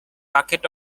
buckets